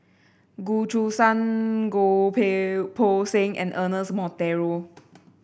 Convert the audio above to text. Goh Choo San Goh Poh Seng and Ernest Monteiro